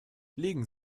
legen